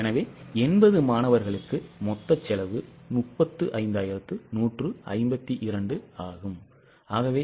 எனவே 80 மாணவர்களுக்கு மொத்த செலவு 35152 ஆகும்